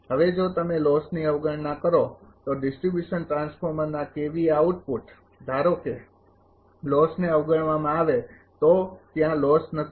હવે જો તમે લોસની અવગણવા કરો તો ડિસ્ટ્રિબ્યુશન ટ્રાન્સફોર્મરના આઉટપુટ ધારો કે લોસને અવગણવા આવે તો ત્યાં લોસ નથી